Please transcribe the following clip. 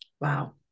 Wow